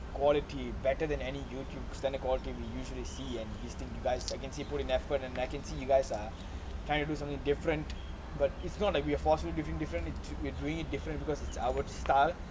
quality better than any YouTube standard quality we usually see an this thing you guys I can see put in effort and I can see you guys are trying to do something different but it's not like you're forcing different differently between three different because it's our style